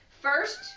First